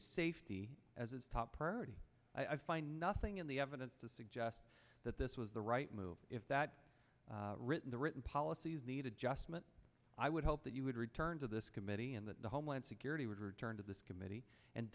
safety as its top priority i find nothing in the evidence to suggest that this was the right move if that written the written policies needed just meant i would hope that you would return to this committee and that the homeland security would return to this committee and